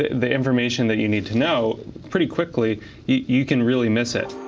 the information that you need to know pretty quickly you can really miss it.